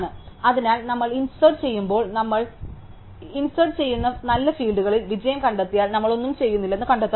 അതിനാൽ നമ്മൾ ഇൻസെർട് ചെയുമ്പോൾ നമ്മൾ ഇൻസെർട് ചെയുന്ന നല്ല ഫീൽഡുകൾ വിജയം കണ്ടെത്തിയാൽ നമ്മൾ ഒന്നും ചെയ്യുന്നില്ലെന്ന് കണ്ടെത്താൻ ശ്രമിക്കും